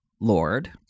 lord